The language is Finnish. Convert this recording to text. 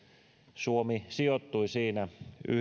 suomi sijoittui siinä